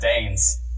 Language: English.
Danes